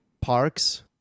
parks